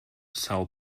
são